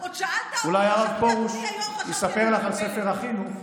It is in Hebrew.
פרשת משפטים.